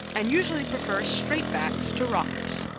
and usually prefer straight-backs to rockers.